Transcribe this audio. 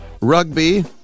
rugby